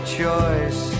choice